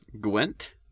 Gwent